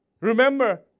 remember